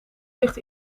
ligt